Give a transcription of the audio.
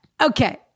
Okay